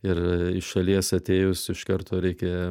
ir iš šalies atėjus iš karto reikia